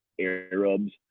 Arabs